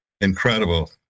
incredible